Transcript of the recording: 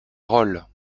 roll